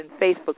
Facebook